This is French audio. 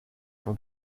font